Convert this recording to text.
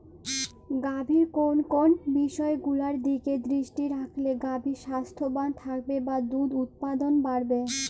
গাভীর কোন কোন বিষয়গুলোর দিকে দৃষ্টি রাখলে গাভী স্বাস্থ্যবান থাকবে বা দুধ উৎপাদন বাড়বে?